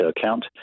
account